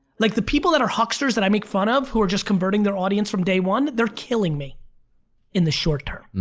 like the people that are hucksters that i make fun of who are just converting their audience from day one, they're killing me in the short term.